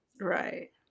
Right